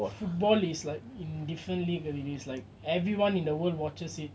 football is like different league already is like everyone in the world watches it